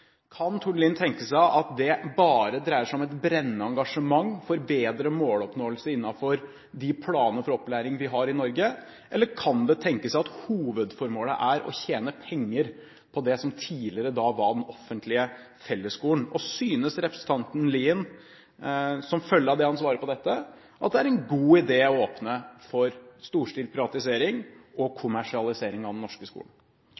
Kan Tord Lien tenke seg at det bare dreier seg om et brennende engasjement for bedre måloppnåelse innenfor de planer for opplæring vi har i Norge, eller kan det tenkes at hovedformålet er å tjene penger på det som tidligere var den offentlige fellesskolen? Synes representanten Lien, som følge av det han svarer på dette, at det er en god idé å åpne for storstilt privatisering og kommersialisering av den norske skolen?